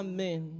Amen